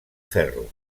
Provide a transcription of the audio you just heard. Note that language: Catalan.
ferro